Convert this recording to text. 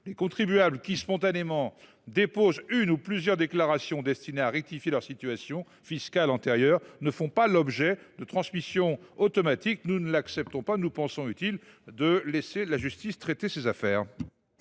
Les contribuables qui, spontanément, déposent une ou plusieurs déclarations destinées à rectifier leur situation fiscale antérieure ne font pas l’objet d’une transmission automatique à la justice. Nous n’acceptons pas cette situation. Nous pensons utile de laisser la justice traiter de telles affaires.